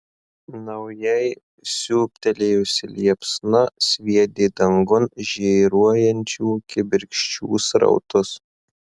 naujai siūbtelėjusi liepsna sviedė dangun žėruojančių kibirkščių srautus